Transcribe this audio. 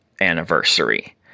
anniversary